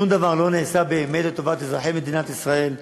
שום דבר לא נעשה באמת לטובת אזרחי מדינת ישראל.